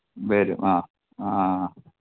വരും ആ ആ